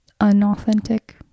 Unauthentic